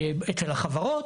אצל חברות,